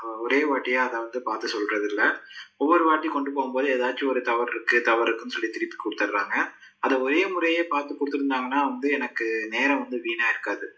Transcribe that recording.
ஒரே வாட்டியாக அதை வந்து பார்த்து சொல்கிறதில்ல ஒவ்வொரு வாட்டி கொண்டு போகும்போது ஏதாச்சும் ஒரு தவறு இருக்குது தவறு இருக்குதுன்னு சொல்லி திருப்பி கொடுத்துறாங்க அதை ஒரே முறையாக பார்த்து கொடுத்துருந்தாங்கன்னா வந்து எனக்கு நேரம் வந்து வீணாகிருக்காது